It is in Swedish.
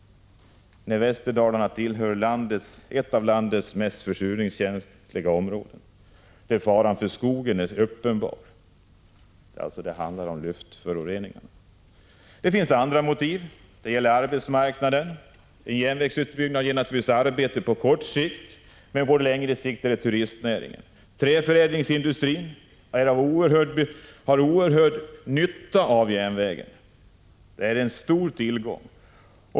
Västerdalarna är ett av landets mest försurningskänsliga områden. Faran för skogen är uppenbar. Det handlar alltså om luftföroreningar. Det finns andra motiv, inte minst arbetsmarknaden. En järnvägsutbyggnad ger naturligtvis arbete på kort sikt, men på längre sikt gäller det turistnäringen. Träförädlingsindustrin har en oerhörd nytta av järnvägen; den är en stor tillgång.